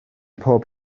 pob